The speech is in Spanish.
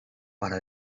para